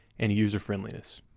and user friendliness.